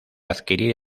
adquirir